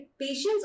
patients